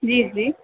जी जी